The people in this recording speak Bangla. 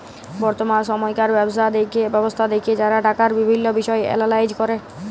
বর্তমাল সময়কার ব্যবস্থা দ্যাখে যারা টাকার বিভিল্ল্য বিষয় এলালাইজ ক্যরে